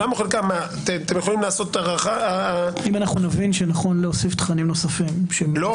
אם נבין שנכון להוסיף תכנים נוספים- -- זה